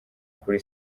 kuri